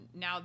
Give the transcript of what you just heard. now